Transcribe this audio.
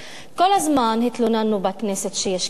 כל הזמן התלוננו בכנסת שיש כיבוש,